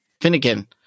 Finnegan